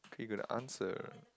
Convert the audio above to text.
can you gonna answer